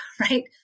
right